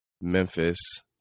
Memphis